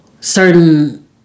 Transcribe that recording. certain